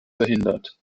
verhindert